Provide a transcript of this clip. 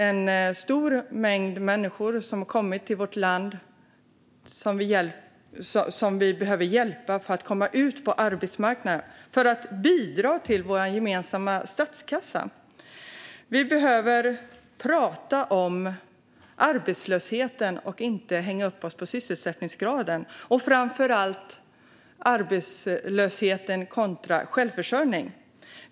En stor mängd människor har kommit till vårt land, och dem behöver vi hjälpa så att de kan komma ut på arbetsmarknaden och bidra till den gemensamma statskassan. Vi behöver prata om arbetslösheten och inte hänga upp oss på sysselsättningsgraden. Framför allt behöver vi tala om arbetslöshet kontra självförsörjning.